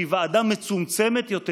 שהיא ועדה מצומצמת יותר,